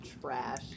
trash